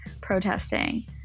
protesting